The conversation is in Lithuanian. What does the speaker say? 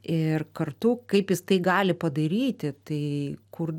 ir kartu kaip jis tai gali padaryti tai kur